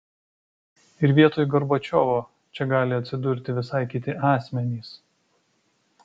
ir vietoj gorbačiovo čia gali atsidurti visai kiti asmenys